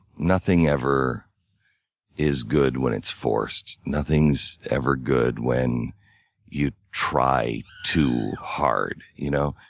nothing ever is good when it's forced. nothing's ever good when you try too hard, you know?